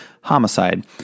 homicide